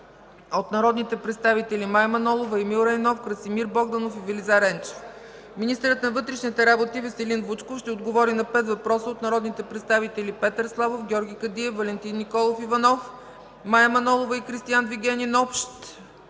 от народните представители Мая Манолова, Емил Райнов, Красимир Богданов, и Велизар Енчев; – министърът на вътрешните работи Веселин Вучков ще отговори на пет въпроса от народните представители Петър Славов, Георги Кадиев, Валентин Николов Иванов, Мая Манолова и Кристиан Вигенин – общ